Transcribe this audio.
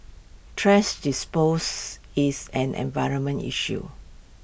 thrash dispose is an environment issue